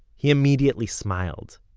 he immediately smiled.